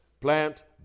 plant